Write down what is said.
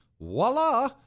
voila